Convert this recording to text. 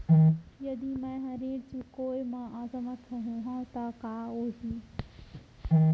यदि मैं ह ऋण चुकोय म असमर्थ होहा त का होही?